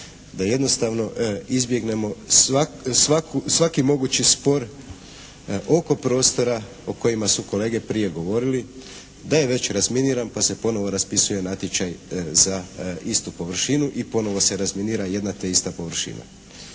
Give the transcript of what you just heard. da jednostavno izbjegnemo svaku, svaki mogući spor oko prostora o kojima su kolege prije govorili da je već razminiran pa se ponovo raspisuje natječaj za istu površinu i ponovo se razminira jedna te ista površina.